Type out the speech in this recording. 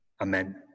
Amen